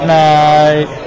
night